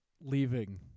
leaving